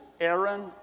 Aaron